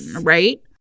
right